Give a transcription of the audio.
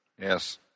Yes